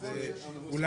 ועוד